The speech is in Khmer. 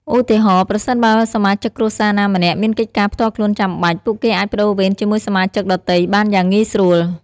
ឧទាហរណ៍ ប្រសិនបើសមាជិកគ្រួសារណាម្នាក់មានកិច្ចការផ្ទាល់ខ្លួនចាំបាច់ ពួកគេអាចប្តូរវេនជាមួយសមាជិកដទៃបានយ៉ាងងាយស្រួល។